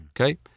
Okay